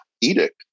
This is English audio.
edict